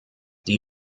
die